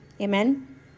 Amen